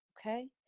okay